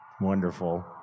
Wonderful